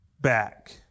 back